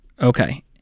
Okay